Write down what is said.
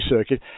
circuit